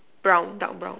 brown dark brown